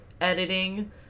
editing